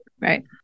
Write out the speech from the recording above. right